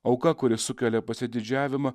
auka kuri sukelia pasididžiavimą